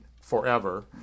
forever